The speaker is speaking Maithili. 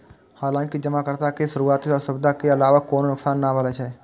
हालांकि जमाकर्ता के शुरुआती असुविधा के अलावा कोनो नुकसान नै भेलै